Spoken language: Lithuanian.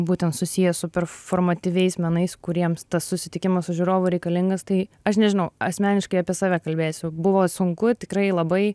būtent susiję superformatyviais menais kuriems tas susitikimas su žiūrovu reikalingas tai aš nežinau asmeniškai apie save kalbėsiu buvo sunku tikrai labai